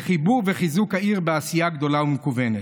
לחיבור וחיזוק העיר בעשייה גדולה ומכוונת.